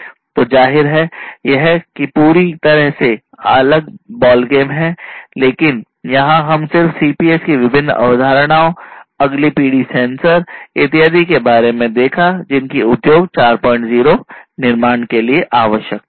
तो जाहिर है यह एक पूरी तरह से अलग बॉलगेम है लेकिन यहाँ हम सिर्फ cps की विभिन्न अवधारणाओं अगली पीढ़ी सेंसर इत्यादि के बारे में देखा जिनकी उद्योग 40 निर्माण के लिए आवश्यकता है